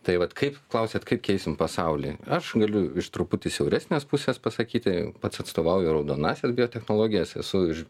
tai vat kaip klausiat kaip keisim pasaulį aš galiu iš truputį siauresnės pusės pasakyti pats atstovauju raudonąsias biotechnologijas esu